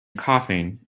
coughing